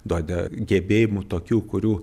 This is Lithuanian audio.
duoda gebėjimų tokių kurių